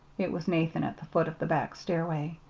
it was nathan at the foot of the back stairway.